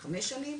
5 שנים,